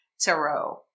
tarot